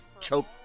choke